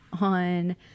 on